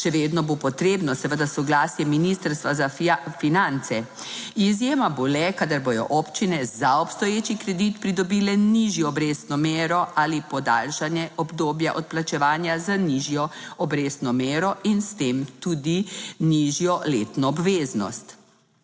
Še vedno bo potrebno seveda soglasje Ministrstva za finance. Izjema bo le, kadar bodo občine za obstoječi kredit pridobile nižjo obrestno mero ali podaljšanje obdobja odplačevanja z nižjo obrestno mero in s tem tudi nižjo letno obveznost.